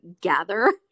gather